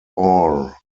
orr